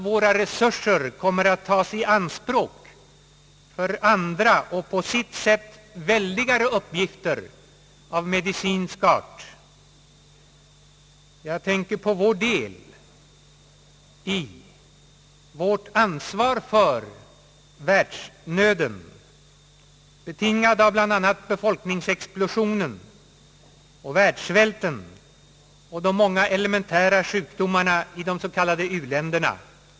Våra resurser kommer att tas i anspråk för andra och på sitt sätt väldigare uppgifter av medicinsk art — jag tänker på vår del i, vårt ansvar för världsnöden, betingad av bl.a. befolkningsexplosionen och världssvälten och de många elementära sjukdomarna i de s.k. u-länderna.